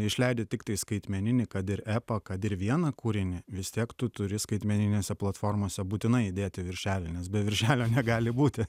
išleidi tiktai skaitmeninį kad ir epą kad ir vieną kūrinį vis tiek tu turi skaitmeninėse platformose būtinai įdėti viršelį nes be viršelio negali būti